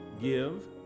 give